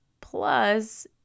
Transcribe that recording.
plus